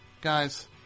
guys